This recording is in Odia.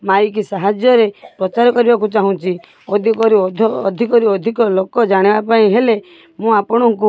ମାଇକ୍ ସାହାଯ୍ୟରେ ପ୍ରଚାର କରିବାକୁ ଚାହୁଁଛି ଅଧିକ ରୁ ଅଧିକ ରୁ ଅଧିକ ଲୋକ ଜାଣିବା ପାଇଁ ହେଲେ ମୁଁ ଆପଣଙ୍କୁ